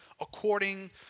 according